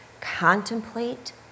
contemplate